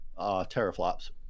teraflops